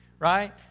Right